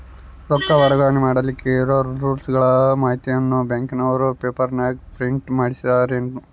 ರೊಕ್ಕ ವರ್ಗಾವಣೆ ಮಾಡಿಲಿಕ್ಕೆ ಇರೋ ರೂಲ್ಸುಗಳ ಮಾಹಿತಿಯನ್ನ ಬ್ಯಾಂಕಿನವರು ಪೇಪರನಾಗ ಪ್ರಿಂಟ್ ಮಾಡಿಸ್ಯಾರೇನು?